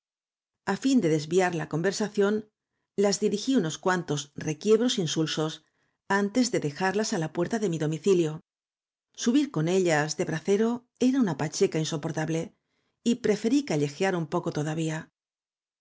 fin de desviar la conversación las dirigí unos cuantos requiebros i n sulsos antes de dejarlas á la puerta de mi domicilio subir con ellas de bracero era una pacheca insoportable y preferí callejear un poco todavía